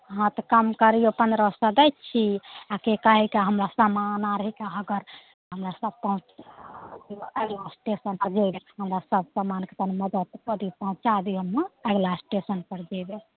हँ तऽ कम करिऔ पनरह सओ दै छी आओर कि कहै हइके हमरा समान आओर हइके अहाँ हमरासब पहुँचा दिऔ अगिला एस्टेशनपर हमरा सब समानके कनि मदति कऽ दिऔ पहुँचा दिऔ ने अगिला एस्टेशनपर जेबै